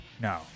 no